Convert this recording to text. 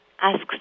ask